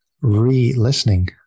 re-listening